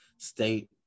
State